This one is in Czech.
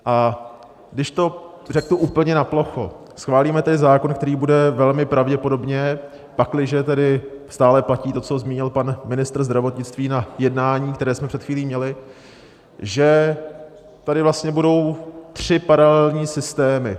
A když to řeknu úplně naplocho, schválíme tady zákon, který bude velmi pravděpodobně, pakliže tedy stále platí to, co zmínil pan ministr zdravotnictví na jednání, které jsme před chvílí měli, že tady vlastně budou tři paralelní systémy.